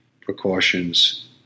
precautions